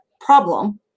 problem